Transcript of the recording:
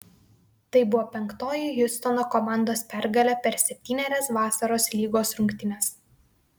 tai buvo penktoji hjustono komandos pergalė per septynerias vasaros lygos rungtynes